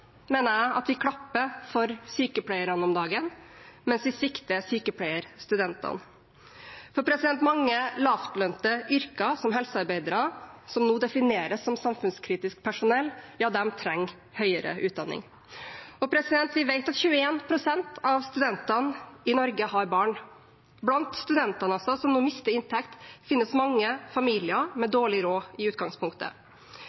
mener jeg, at vi klapper for sykepleierne om dagen, mens vi svikter sykepleierstudentene. For mange lavtlønte yrker, som helsearbeidere, som nå defineres som samfunnskritisk personell, trenger høyere utdanning. Vi vet at 21 pst. av studentene i Norge har barn. Blant studentene som nå mister inntekt, finnes mange familier med